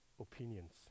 opinions